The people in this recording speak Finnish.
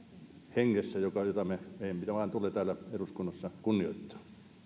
hengessä jota meidän vain tulee täällä eduskunnassa kunnioittaa